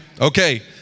Okay